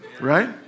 right